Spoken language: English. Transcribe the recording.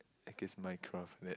I guess my craft there